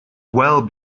well